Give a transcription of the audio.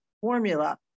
formula